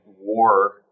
war